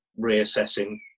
reassessing